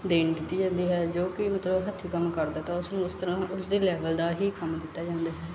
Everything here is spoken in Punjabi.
ਦੇਣ ਦਿੱਤੀ ਜਾਂਦੀ ਹੈ ਜੋ ਕਿ ਮਤਲਬ ਹੱਥੀਂ ਕੰਮ ਕਰਦਾ ਤਾਂ ਉਸਨੂੰ ਉਸ ਤਰ੍ਹਾਂ ਉਸਦੇ ਲੈਵਲ ਦਾ ਹੀ ਕੰਮ ਦਿੱਤਾ ਜਾਂਦਾ ਹੈ